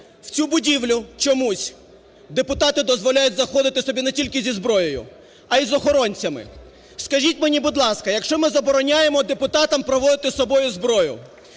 В цю будівлю чомусь депутати дозволяють заходити собі не тільки зі зброю, а й з охоронцями. Скажіть мені, будь ласка, якщо ми забороняємо депутатам проносити з собою зброю,